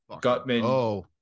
Gutman